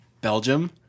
Belgium